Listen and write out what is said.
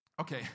Okay